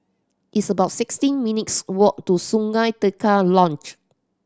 it's about sixteen minutes' walk to Sungei Tengah Lodge